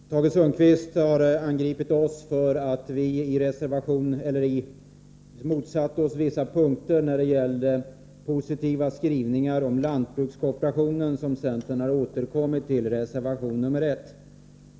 Herr talman! Tage Sundkvist har angripit oss för att vi motsatt oss vissa punkter när det gäller positiva skrivningar om lantbrukskooperationen, som centern har återkommit till i reservation 1.